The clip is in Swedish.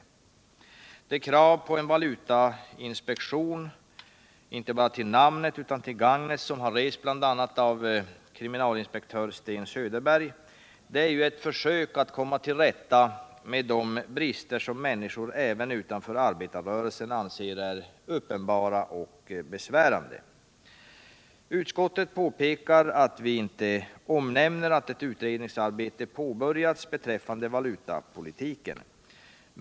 Nr 139 De krav på en valutainspektion inte bara till namnet utan också till gagnet Onsdagen den som har rests bl.a. av kriminalinspektör Sten Söderberg är eu försök att 10 maj 1978 komma till rätta med de brister som människor även utan för arbetarrörelsen anser är uppenbara och besvärande. Utskottet påpekar att vi inte omnämner att ett utredningsarbete påbörjats beträffande valutapolitiken.